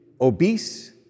obese